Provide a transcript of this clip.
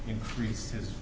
increases